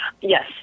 Yes